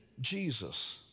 Jesus